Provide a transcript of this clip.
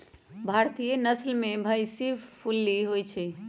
भारतीय नसल में भइशी भूल्ली होइ छइ